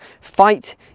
Fight